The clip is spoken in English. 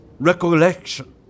...recollection